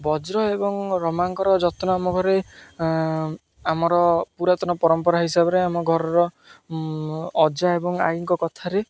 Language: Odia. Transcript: ବଜ୍ର ଏବଂ ରମାଙ୍କର ଯତ୍ନ ଆମ ଘରେ ଆମର ପୁରାତନ ପରମ୍ପରା ହିସାବରେ ଆମ ଘରର ଅଜା ଏବଂ ଆଈଙ୍କ କଥାରେ